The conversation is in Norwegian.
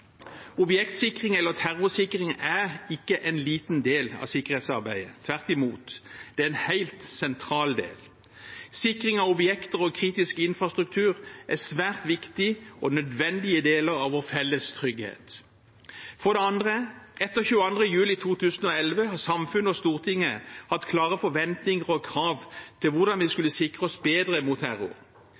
Objektsikring eller terrorsikring er ikke en liten del av sikkerhetsarbeidet – tvert imot. Det er en helt sentral del. Sikring av objekter og kritisk infrastruktur er en svært viktig og nødvendige del av vår felles trygghet. For det andre: Etter 22. juli 2011 har samfunnet og Stortinget hatt klare forventninger og krav til hvordan vi skal sikre oss bedre mot terror.